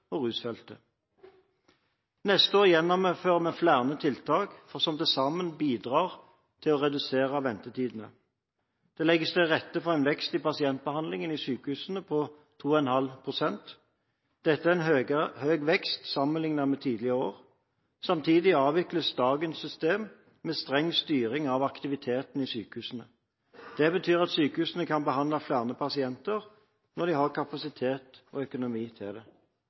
rusfeltet. Neste år gjennomfører vi flere tiltak som til sammen bidrar til å redusere ventetidene. Det legges til rette for en vekst i pasientbehandlingen i sykehusene på 2,5 pst. Dette er en høy vekst sammenlignet med tidligere år. Samtidig avvikles dagens system med streng styring av aktiviteten i sykehusene. Det betyr at sykehusene kan behandle flere pasienter når de har kapasitet og økonomi til det.